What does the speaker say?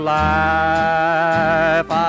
life